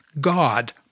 God